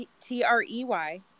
T-R-E-Y